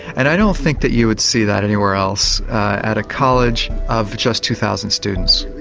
and i don't think that you would see that anywhere else at a college of just two thousand students.